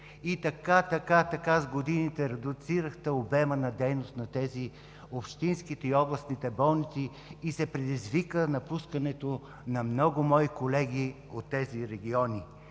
И така, така, така с годините редуцирахте обема на дейност на общинските и областните болници; предизвика се напускането на много мои колеги от тези региони